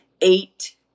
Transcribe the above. eight